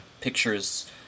pictures